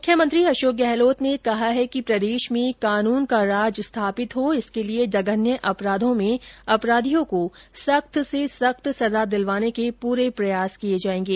मुख्यमंत्री अशोक गहलोत ने कहा है कि प्रदेश में कानून का राज स्थापित हो इसके लिये जघन्य अपराधों में अपराधियों को सख्त से सख्त सजा दिलवाने के पूरे प्रयास किये जायेंगे